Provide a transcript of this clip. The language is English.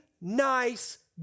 nice